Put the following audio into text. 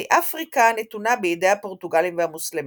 וכי אפריקה נתונה בידי הפורטוגלים והמוסלמים,